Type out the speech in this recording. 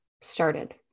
started